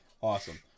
Awesome